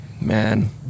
Man